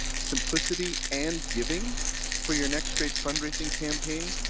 simplicity and giving for your next great fundraising campaign,